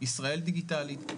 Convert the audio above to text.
ישראל דיגיטלית,